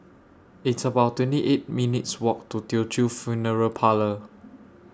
It's about twenty eight minutes' Walk to Teochew Funeral Parlour